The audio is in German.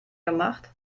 gemacht